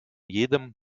jedem